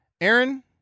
Aaron